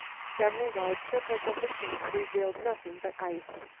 several wide circles of the camp revealed nothing but ice,